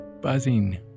buzzing